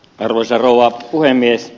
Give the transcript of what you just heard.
arvoisa rouva puhemies